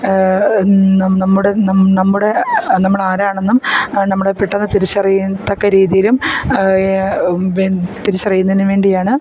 നമ്മുടെ നമ്മുടെ നമ്മളാരാണെന്നും നമ്മുടെ പെട്ടെന്നു തിരിച്ചറിയുകയും തക്ക രീതിയിലും തിരിച്ചറിയുന്നതിനും വേണ്ടിയാണ്